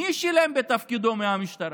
מי שילם בתפקידו מהמשטרה?